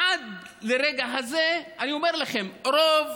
עד לרגע הזה, אני אומר לכם, רוב